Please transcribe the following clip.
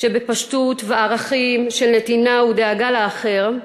שבפשטות וערכים של נתינה ודאגה לאחר,